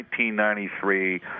1993